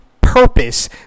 purpose